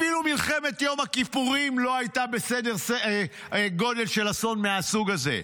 אפילו מלחמת יום הכיפורים לא הייתה בסדר גודל של אסון מהסוג הזה,